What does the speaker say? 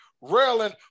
railing